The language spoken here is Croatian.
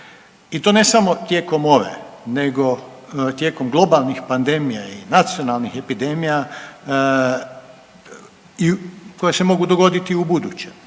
i to ne samo tijekom ove nego tijekom globalnih pandemija i nacionalnih epidemija koje se mogu dogoditi i ubuduće.